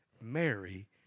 Mary